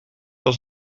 als